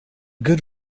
good